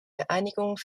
vereinigung